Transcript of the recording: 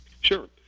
Sure